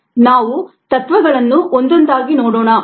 ನಾವು ತತ್ವಗಳನ್ನು ಒಂದೊಂದಾಗಿ ನೋಡೋಣ